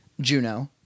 Juno